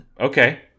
Okay